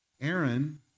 Aaron